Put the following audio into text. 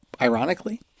ironically